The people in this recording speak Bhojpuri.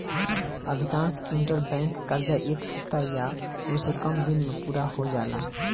अधिकांश इंटरबैंक कर्जा एक हफ्ता या ओसे से कम दिन में पूरा हो जाला